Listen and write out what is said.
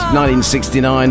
1969